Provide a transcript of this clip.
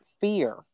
fear